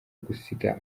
gusiga